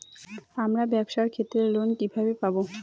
আমার ব্যবসার ক্ষেত্রে লোন কিভাবে পাব?